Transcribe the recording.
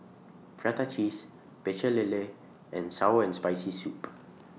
Prata Cheese Pecel Lele and Sour and Spicy Soup